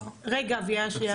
רגע, אביה, שנייה.